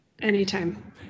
Anytime